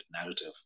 narrative